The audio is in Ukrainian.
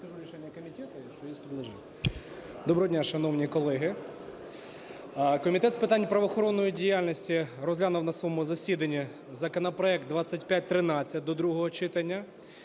Доброго дня, шановні колеги! Комітет з питань правоохоронної діяльності розглянув на своєму засіданні законопроект 2513 до другого читання.